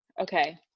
Okay